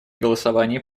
голосовании